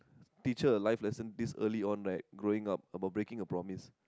teach her a life lesson this early on right growing up about breaking a promise